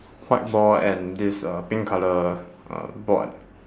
white ball and this uh pink colour uh board